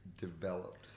developed